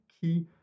key